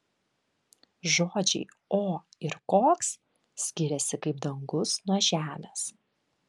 žodžiai o ir koks skiriasi kaip dangus nuo žemės